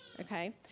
Okay